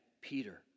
Peter